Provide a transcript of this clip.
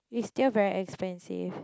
it's still very expensive